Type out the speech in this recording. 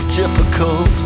difficult